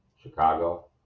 Chicago